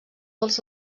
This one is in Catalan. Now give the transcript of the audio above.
dels